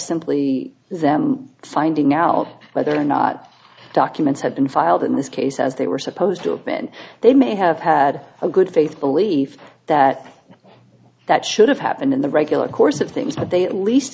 simply them finding out whether or not documents have been filed in this case as they were supposed to have been they may have had a good faith belief that that should have happened in the regular course of things but they at least